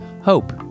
Hope